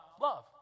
love